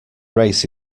race